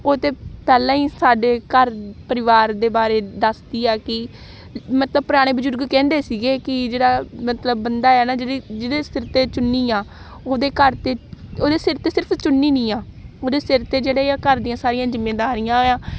ਉਹ ਤਾਂ ਪਹਿਲਾਂ ਹੀ ਸਾਡੇ ਘਰ ਪਰਿਵਾਰ ਦੇ ਬਾਰੇ ਦੱਸਦੀ ਆ ਕਿ ਮਤਲਬ ਪੁਰਾਣੇ ਬਜ਼ੁਰਗ ਕਹਿੰਦੇ ਸੀਗੇ ਕਿ ਜਿਹੜਾ ਮਤਲਬ ਬੰਦਾ ਆ ਨਾ ਜਿਹੜੀ ਜਿਹਦੇ ਸਿਰ 'ਤੇ ਚੁੰਨੀ ਆ ਉਹਦੇ ਘਰ 'ਤੇ ਉਹਦੇ ਸਿਰ 'ਤੇ ਸਿਰਫ ਚੁੰਨੀ ਨਹੀਂ ਆ ਉਹਦੇ ਸਿਰ 'ਤੇ ਜਿਹੜੇ ਆ ਘਰ ਦੀਆਂ ਸਾਰੀਆਂ ਜ਼ਿੰਮੇਦਾਰੀਆਂ ਆਂ